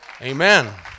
Amen